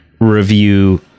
review